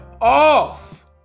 off